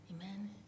Amen